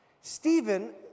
Stephen